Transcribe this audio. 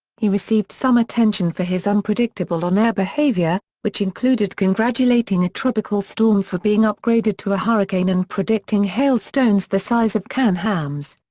he received some attention for his unpredictable on-air behavior, which included congratulating a tropical storm for being upgraded to a hurricane and predicting hail stones the size of canned hams.